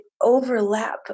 overlap